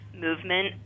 movement